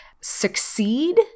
succeed